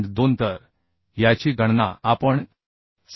2 तर याची गणना आपण 688